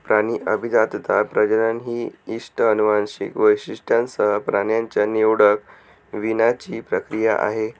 प्राणी अभिजातता, प्रजनन ही इष्ट अनुवांशिक वैशिष्ट्यांसह प्राण्यांच्या निवडक वीणाची प्रक्रिया आहे